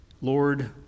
Lord